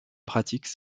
pratique